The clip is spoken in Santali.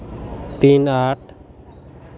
ᱛᱤᱱ ᱟᱴ